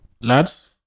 lads